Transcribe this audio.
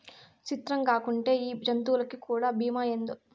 సిత్రంగాకుంటే ఈ జంతులకీ కూడా బీమా ఏందో